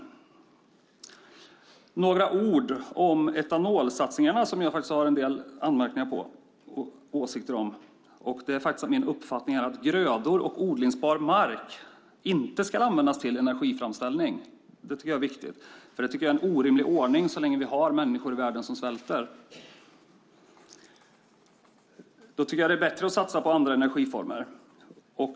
Jag ska säga några ord om etanolsatsningarna som jag har en del åsikter om. Det är min uppfattning att grödor och odlingsbar mark inte ska användas till energiframställning. Det är en orimlig ordning så länge vi har människor som svälter. Då är det bättre att satsa på andra energiformer.